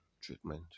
treatment